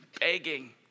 begging